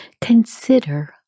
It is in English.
Consider